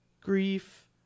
grief